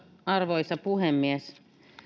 arvoisa puhemies